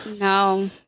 no